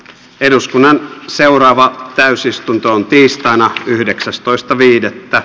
eduskunnan seuraavaan täysistuntoon tiistaina yhdeksästoista viidettä